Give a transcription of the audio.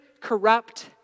corrupt